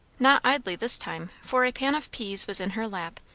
not idly this time for a pan of peas was in her lap,